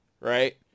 right